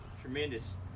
tremendous